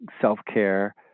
self-care